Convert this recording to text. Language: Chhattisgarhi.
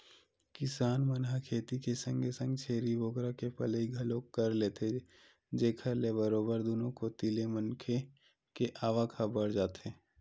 किसान मन ह खेती के संगे संग छेरी बोकरा के पलई घलोक कर लेथे जेखर ले बरोबर दुनो कोती ले मनखे के आवक ह बड़ जाथे